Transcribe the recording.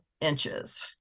inches